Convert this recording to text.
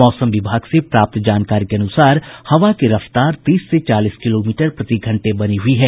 मौसम विभाग से प्राप्त जानकारी के अनुसार हवा की रफ्तार तीस से चालीस किलोमीटर प्रति घंटे बनी हुई है